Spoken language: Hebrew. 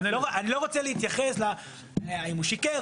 אני לא רוצה להתייחס אם הוא שיקר,